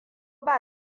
ba